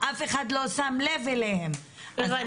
אף אחד לא שם לב אליהם --- הבנתי.